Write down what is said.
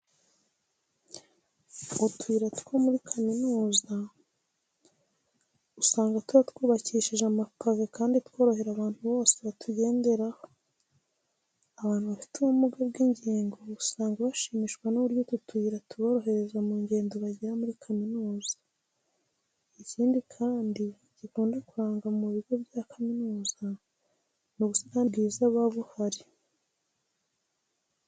Utuyira two muri kaminuza usanga tuba twubakishije amapave kandi tworohera abantu bose kutugenderaho. Abantu bafite ubumuga bw'ingingo usanga bashimishwa n'uburyo utu tuyira tuborohereza mu ngendo bagirira muri kaminuza. Ikindi kandi gikunda kuranga mu bigo bya kaminuza ni ubusitani bwiza buba buhari.